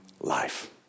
life